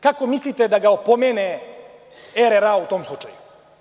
Kako mislite da ga opomene RRA u tom slučaju?